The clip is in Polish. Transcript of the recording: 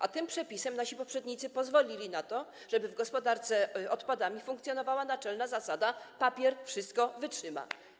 A tym przepisem nasi poprzednicy pozwolili na to, żeby w gospodarce odpadami funkcjonowała naczelna zasada: papier wszystko wytrzyma.